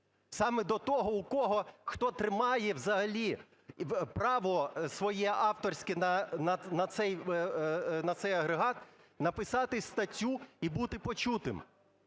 саме до того, у кого, хто тримає взагалі право своє авторське на цей агрегат, написати статтю і бути почутим.